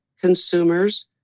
consumers